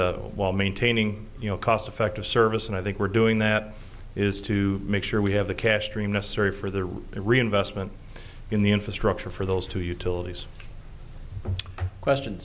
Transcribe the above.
a while maintaining you know cost effective service and i think we're doing that is to make sure we have the cash stream necessary for the reinvestment in the infrastructure for those two utilities questions